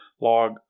log